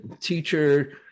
teacher